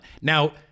Now